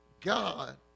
God